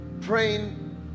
praying